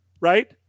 right